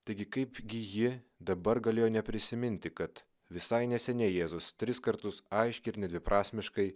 taigi kaip gi ji dabar galėjo neprisiminti kad visai neseniai jėzus tris kartus aiškiai ir nedviprasmiškai